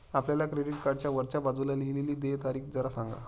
आपल्या क्रेडिट कार्डच्या वरच्या बाजूला लिहिलेली देय तारीख जरा सांगा